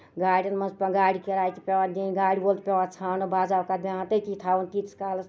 گاڈین منٛز گاڈِ کِرایہِ تہِ پیوان دِنۍ گاڈِ وول چھُ پیوان ژَھانڈُن بعض اوقات پیوان تتی تھاوُن تیٖتِس کالَس